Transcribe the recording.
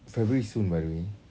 february is soon by the way